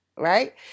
Right